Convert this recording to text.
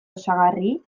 osagarri